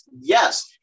Yes